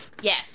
Yes